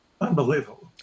Unbelievable